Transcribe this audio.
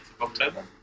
October